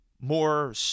More